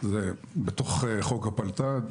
זה בתוך חוק הפלת"ד.